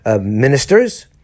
ministers